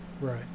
Right